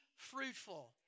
Fruitful